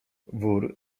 wór